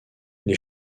les